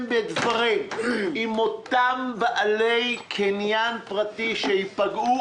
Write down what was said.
בדברים עם אותם בעלי קניין פרטי שייפגעו,